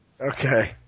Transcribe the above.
Okay